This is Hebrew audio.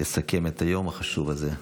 לסכם את היום החשוב הזה.